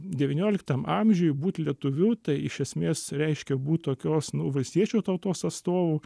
devynioliktam amžiuj būt lietuviu tai iš esmės reiškia būt tokios nu valstiečių tautos atstovų